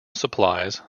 supplies